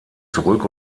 zurück